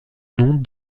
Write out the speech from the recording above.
nom